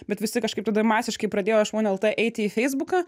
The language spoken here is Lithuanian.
bet visi kažkaip tada masiškai pradėjo iš uon lt eiti į feisbuką